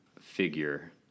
Figure